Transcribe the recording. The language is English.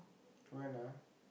when ah